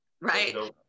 right